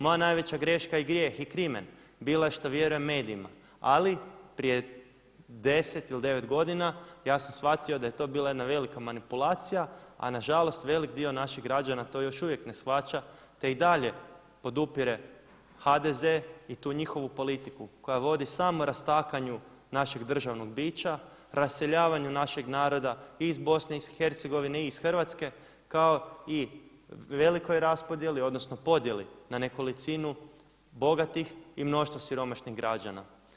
Moja najveća greška i grijeh i krimen bila je što vjerujem medijima, ali prije deset ili devet godina ja sam shvatio da je to bila jedna velika manipulacija, a nažalost veliki dio naših građana to još uvijek ne shvaća te i dalje podupire HDZ i tu njihovu politiku koja vodi samo rastakanju našeg državnog bića, raseljavanju našeg naroda i iz BiH i iz Hrvatske kao i velikoj raspodjeli odnosno podjeli na nekolicinu bogatih i mnoštvo siromašnih građana.